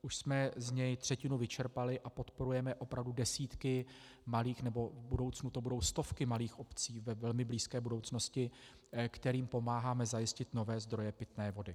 Už jsme z něj třetinu vyčerpali a podporujeme opravdu desítky malých nebo v budoucnu to budou stovky malých obcí, ve velmi blízké budoucnosti, kterým pomáháme zajistit nové zdroje pitné vody.